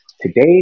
today